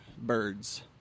birds